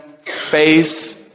face